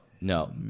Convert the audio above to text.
no